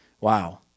Wow